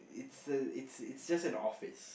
it's just it's it's just an office